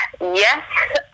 Yes